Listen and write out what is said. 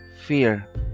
fear